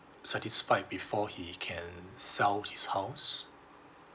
satisfied before he can sell his house